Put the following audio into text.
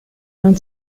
non